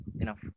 Enough